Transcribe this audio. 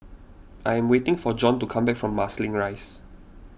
I am waiting for Jon to come back from Marsiling Rise